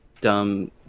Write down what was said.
dumb